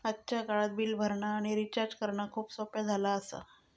आजच्या काळात बिल भरणा आणि रिचार्ज करणा खूप सोप्प्या झाला आसा